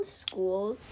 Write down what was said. schools